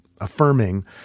affirming